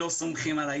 לא סומכים עלי.